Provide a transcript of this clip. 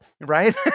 right